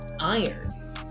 iron